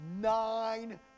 nine